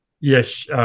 yes